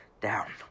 down